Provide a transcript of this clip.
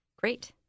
Great